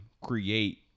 create